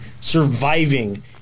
Surviving